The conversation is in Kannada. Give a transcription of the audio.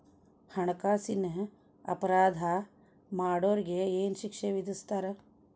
ಹಣ್ಕಾಸಿನ್ ಅಪರಾಧಾ ಮಾಡ್ದೊರಿಗೆ ಏನ್ ಶಿಕ್ಷೆ ವಿಧಸ್ತಾರ?